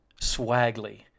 swaggly